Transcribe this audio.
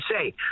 say